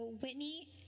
Whitney